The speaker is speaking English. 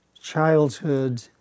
childhood